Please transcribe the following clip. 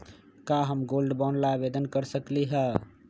का हम gold bond ला आवेदन कर सकली ह?